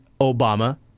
Obama